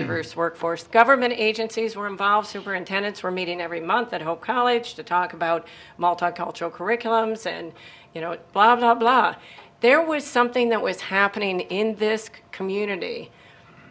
diverse workforce government agencies were involved superintendents were meeting every month at whole college to talk about multicultural curriculums and you know blah blah blah there was something that was happening in this community